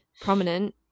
prominent